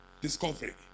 discovery